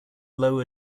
low